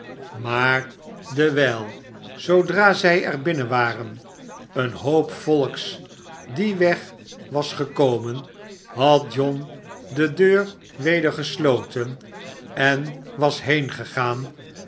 maar dewijl zoodra zij er binnen waren een hoop volks dien weg was gekomen had john de deur weder gesloten en was